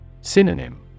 Synonym